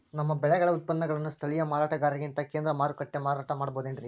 ನಮ್ಮ ಬೆಳೆಗಳ ಉತ್ಪನ್ನಗಳನ್ನ ಸ್ಥಳೇಯ ಮಾರಾಟಗಾರರಿಗಿಂತ ಕೇಂದ್ರ ಮಾರುಕಟ್ಟೆಯಲ್ಲಿ ಮಾರಾಟ ಮಾಡಬಹುದೇನ್ರಿ?